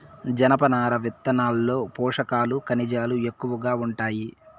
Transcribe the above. జనపనార విత్తనాల్లో పోషకాలు, ఖనిజాలు ఎక్కువగా ఉంటాయి